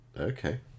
Okay